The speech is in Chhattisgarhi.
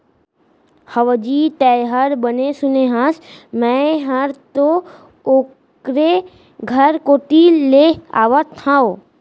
हवजी, तैंहर बने सुने हस, मैं हर तो ओकरे घर कोती ले आवत हँव